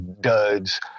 duds